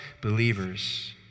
believers